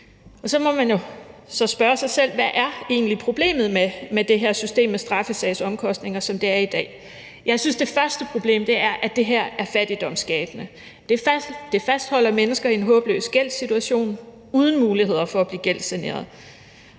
Så må man jo spørge sig selv: Hvad er egentlig problemet med det her system med straffesagsomkostninger, som det er i dag? Jeg synes, at det første problem er, at det her er fattigdomsskabende, for det fastholder mennesker i en håbløs gældssituation uden muligheder for at blive gældssaneret.